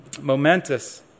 momentous